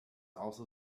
also